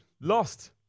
Lost